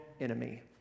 enemy